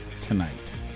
tonight